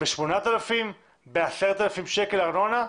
ב-8,000 שקל, ב-10,000 שקל ארנונה,